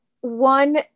one